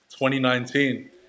2019